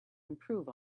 improve